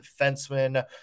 defenseman